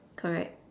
correct